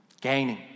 gaining